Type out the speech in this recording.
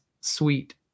sweet